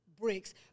bricks